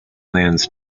lands